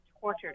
tortured